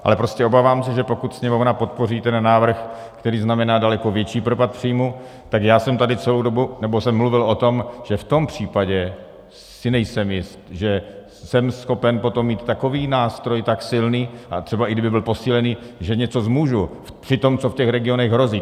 Ale prostě se obávám, že pokud Sněmovna podpoří ten návrh, který znamená daleko větší propad příjmů, já jsem tady celou dobu mluvil o tom, že v tom případě si nejsem jist, že jsem schopen potom mít takový nástroj, tak silný, a třeba i kdyby byl posílený, že něco zmůžu při tom, co v těch regionech hrozí.